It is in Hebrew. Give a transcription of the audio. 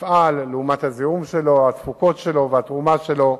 מפעל לעומת הזיהום שלו, התפוקות שלו והתרומה שלו.